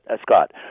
Scott